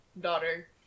daughter